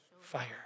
fire